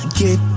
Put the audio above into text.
get